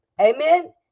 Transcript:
Amen